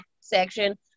section